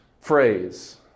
phrase